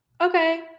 okay